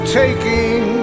taking